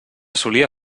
solia